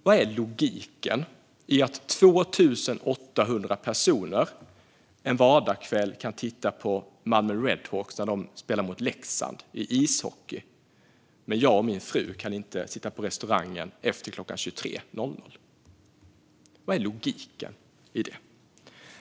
Vad är logiken i att 2 800 personer en vardagskväll kan titta på när Malmö Redhawks spelar ishockey mot Leksand men att jag och min fru inte kan sitta på restaurangen efter klockan 23.00? Vad är logiken i det?